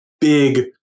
big